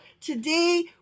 today